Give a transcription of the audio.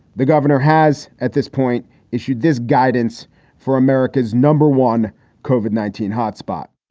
the governor has at this point issued this guidance for america's number one koven nineteen hotspot.